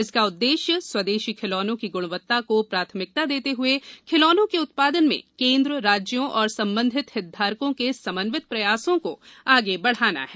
इसका उद्देश्य स्वादेशी खिलौनों की गुणवत्ता को प्राथमिकता देते हये खिलौनों के उत्पादन में केन्द्र राज्यों और संबंधित हितधारकों के समन्वित प्रयासों को आगे बढाना है